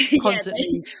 constantly